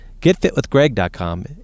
getfitwithgreg.com